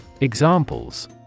Examples